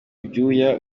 ibyuya